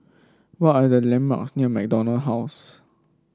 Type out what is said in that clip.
what are the landmarks near MacDonald House